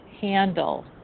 handle